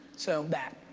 so, that.